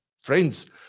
friends